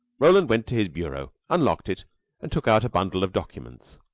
roland went to his bureau, unlocked it and took out a bundle of documents.